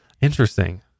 Interesting